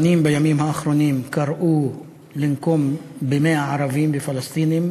בימים האחרונים רבנים קראו לנקום ב-100 ערבים ופלסטינים,